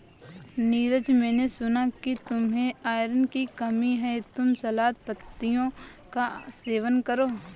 नीरज मैंने सुना कि तुम्हें आयरन की कमी है तुम सलाद पत्तियों का सेवन करो